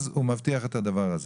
הוא מבטיח את הדבר הזה,